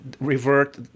revert